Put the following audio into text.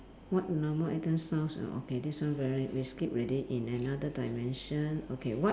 what normal item sounds ah okay this one very we skip already in another dimension okay what